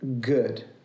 good